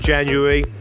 January